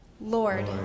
Lord